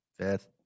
fifth